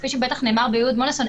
כפי שבטח נאמר ביהוד-מונוסון,